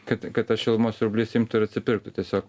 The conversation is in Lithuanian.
kad kad tas šilumos siurblys imtų ir atsipirktų tiesiog